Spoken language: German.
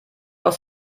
aus